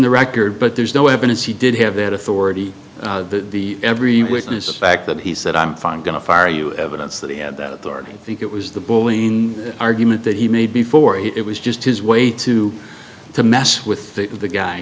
the record but there's no evidence he did have that authority the every witness the fact that he said i'm going to fire you evidence that he had that authority i think it was the bullying argument that he made before it was just his way to to mess with th